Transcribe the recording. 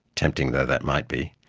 tempting though that might be,